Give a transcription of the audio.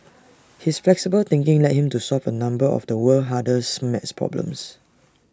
his flexible thinking led him to solve A number of the world's hardest maths problems